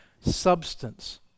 substance